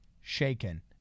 shaken